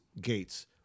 gates